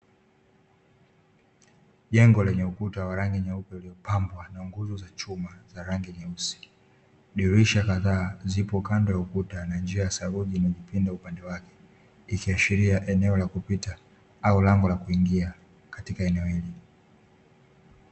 Jengo lenye ukuta wa rangi nyeupe, uliopambwa na nguzo za chuma za rangi nyeusi. Dirisha kadhaa zipo kando ya ukuta, na njia ya sauti inajipenda upande wake, ikiashiria eneo la kupita au lango la kuingia katika eneo hili.